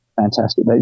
fantastic